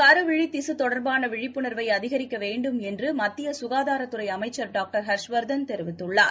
கருவிழிதிசுதொடர்பானவிழிப்புணர்வைஅதிகரிக்கவேண்டும் என்றுமத்தியசுகாதாரதுறைஅமைச்சர் டாக்டர் ஹர்ஷ் வர்தன் தெரிவித்துள்ளார்